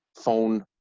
phone